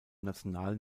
nationalen